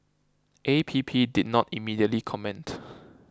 A P P did not immediately comment